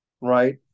right